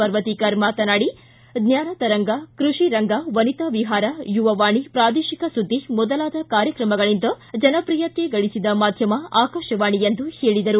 ಪರ್ವತೀಕರ ಮಾತನಾಡಿ ಜ್ವಾನ ತರಂಗ ಕೃಷಿ ರಂಗ ವನಿತಾ ವಿಹಾರ ಯುವವಾಣಿ ಪ್ರಾದೇಶಿಕ ಸುದ್ದಿ ಮೊದಲಾದ ಕಾರ್ಯಕ್ರಮಗಳಿಂದ ಜನಪ್ರಿಯತೆಗಳಿಸಿದ ಮಾಧ್ಯಮ ಆಕಾಶವಾಣಿ ಎಂದು ಹೇಳಿದರು